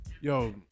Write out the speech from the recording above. yo